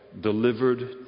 delivered